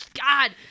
God